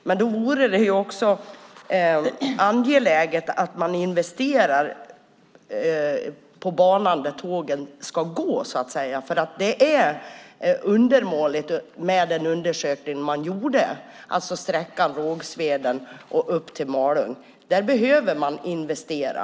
Men då vore det också angeläget att man gör investeringar i den bana där tågen ska gå eftersom den är undermålig enligt den undersökning som man har gjort. Det gäller sträckan Rågsveden-Malung. Där behöver man investera.